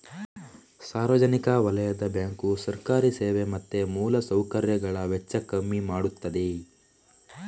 ಸಾರ್ವಜನಿಕ ವಲಯದ ಬ್ಯಾಂಕು ಸರ್ಕಾರಿ ಸೇವೆ ಮತ್ತೆ ಮೂಲ ಸೌಕರ್ಯಗಳ ವೆಚ್ಚ ಕಮ್ಮಿ ಮಾಡ್ತದೆ